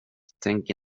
tänk